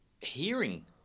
hearing